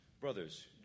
Brothers